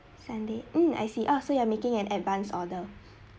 sunday um I see uh so you are making an advance order